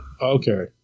Okay